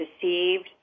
deceived